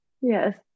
Yes